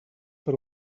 per